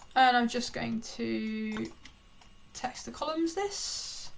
i'm just going to text the column this,